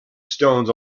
stones